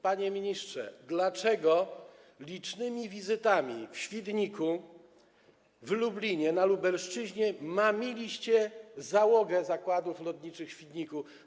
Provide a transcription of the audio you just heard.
Panie ministrze, dlaczego podczas licznych wizyt w Świdniku, Lublinie, na Lubelszczyźnie mamiliście załogę zakładów lotniczych w Świdniku?